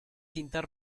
cintas